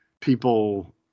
people